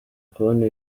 kubona